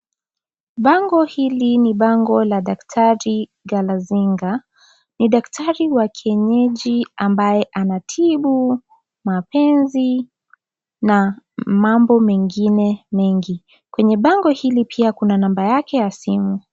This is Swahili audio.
Bango hili ni bango la daktari, Garazinga, ni daktari wa kienyeji ambaye anatibu, mapenzi, na, mambo mengine mengi, kwenye bango hili pia kuna namba yaje ya simu.